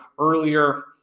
earlier